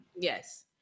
Yes